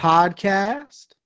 Podcast